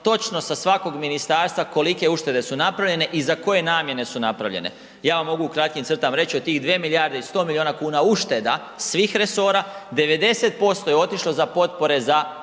točno sa svakog ministarstva kolike uštede su napravljene i za koje namijene su napravljene. Ja vam mogu u kratkim crtama reć, od tih 2 milijarde i 100 milijuna kuna ušteda svih resora, 90% je otišlo za potpore za